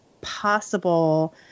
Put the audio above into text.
possible